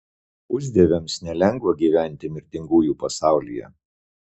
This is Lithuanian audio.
pusdieviams nelengva gyventi mirtingųjų pasaulyje